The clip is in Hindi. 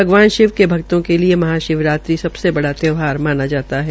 भगवान शिव के भक्तों के लिये महाशिवरात्रि सबसे बड़ा त्यौहार मनाया जाता है